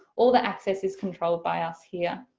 all that access is controlled by us here.